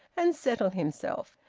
and settle himself.